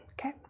Okay